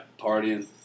partying